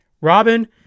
Robin